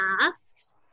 asked